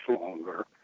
longer